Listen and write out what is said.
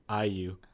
IU